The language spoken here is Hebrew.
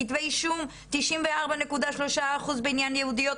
כתבי אישום 94.3 אחוז בענין יהודיות,